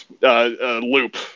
loop